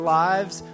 lives